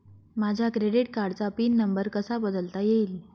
माझ्या क्रेडिट कार्डचा pin number कसा बदलता येईल?